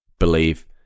believe